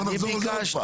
בוא נחזור על זה עוד פעם.